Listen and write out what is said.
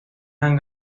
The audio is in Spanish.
han